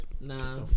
Nah